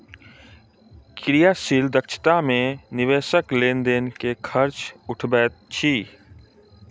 क्रियाशील दक्षता मे निवेशक लेन देन के खर्च उठबैत अछि